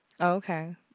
Okay